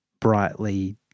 brightly